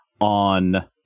on